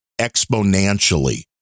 exponentially